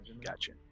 Gotcha